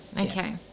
Okay